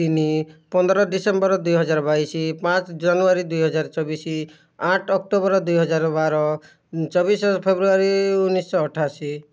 ତିନି ପନ୍ଦର ଡିସେମ୍ବର ଦୁଇ ହଜାର ବାଇଶି ପାଞ୍ଚ ଜାନୁୟାରୀ ଦୁଇ ହଜାର ଚବିଶି ଆଠ ଅକ୍ଟୋବର ଦୁଇ ହଜାର ବାର ଚବିଶି ଫେବୃୟାରୀ ଉଣେଇଶି ଶହ ଅଠାଅଶୀ